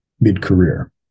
mid-career